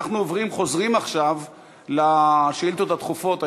אנחנו חוזרים עכשיו לשאילתות הדחופות.